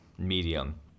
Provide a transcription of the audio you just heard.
medium